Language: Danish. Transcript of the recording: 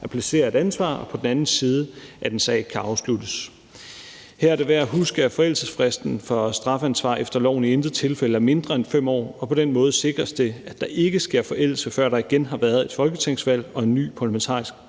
at placere et ansvar og på den anden side det, at en sag kan afsluttes. Her er det værd at huske, at forældelsesfristen for strafansvar efter loven i intet tilfælde er mindre end 5 år, og på den måde sikres det, at der ikke sker forældelse, før der igen har været et folketingsvalg og en ny parlamentarisk